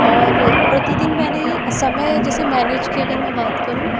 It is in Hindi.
और प्रतिदिन मैंने यह समय जैसे मैनेज की अगर मैं बात करूँ